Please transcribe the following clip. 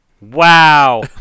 Wow